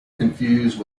confused